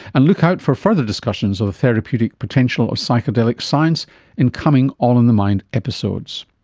and look out for further discussions of the therapeutic potential of psychedelic science in coming all in the mind episodes